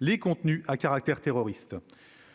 les contenus à caractère terroriste.